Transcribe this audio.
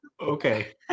Okay